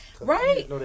right